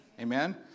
Amen